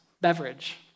beverage